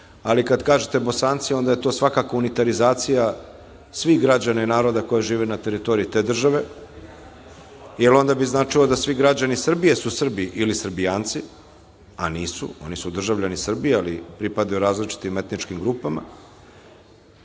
misli. Kad kažete Bosanci, onda je to svakako unitarizacija svih građana i naroda koji žive na teritoriji te države, jer onda bi značilo da svi građani Srbije su Srbi ili Srbijanci, a nisu, oni su državljani Srbije ali pripadaju različitim etničkim grupama.